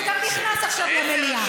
שגם נכנס עכשיו למליאה,